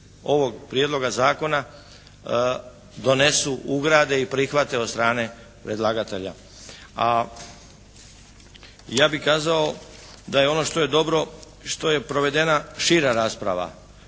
prijedloga zakona donesu, ugrade i prihvate od strane predlagatelja, a ja bih kazao da je ono što je dobro što je provedena šira rasprava,